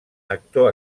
actor